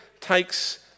takes